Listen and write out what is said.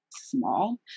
small